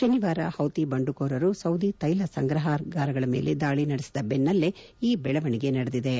ಶನಿವಾರ ಹೌತಿ ಬಂಡುಕೋರರು ಸೌದಿ ತ್ಯೆಲ ಸಂಗ್ರಹಾಗಾರಗಳ ಮೇಲೆ ದಾಳಿ ನಡೆಸಿದ ಬೆನ್ನಲ್ಲೇ ಈ ಬೆಳವಣಿಗೆ ನಡೆದಿವೆ